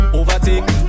overtake